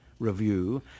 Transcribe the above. Review